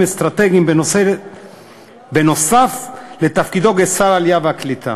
אסטרטגיים נוסף על תפקידו כשר העלייה והקליטה.